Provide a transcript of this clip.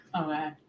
Okay